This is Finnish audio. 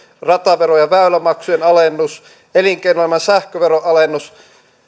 rataveron ja väylämaksujen alennus elinkeinoelämän sähköveron alennus